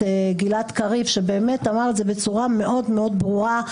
גלעד קריב שבאמת אמר את זה בצורה מאוד מאוד ברורה.